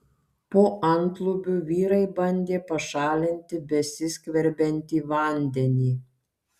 po antlubiu vyrai bandė pašalinti besiskverbiantį vandenį